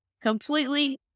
Completely